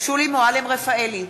שולי מועלם-רפאלי,